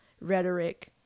rhetoric